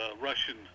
Russian